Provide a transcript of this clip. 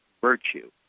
virtue